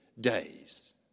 days